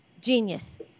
Genius